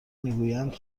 میگویند